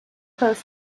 close